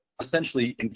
essentially